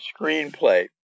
screenplay